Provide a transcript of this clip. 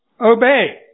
Obey